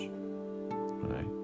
right